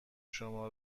شما